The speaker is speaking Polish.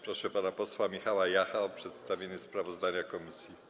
Proszę pana posła Michała Jacha o przedstawienie sprawozdania komisji.